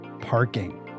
parking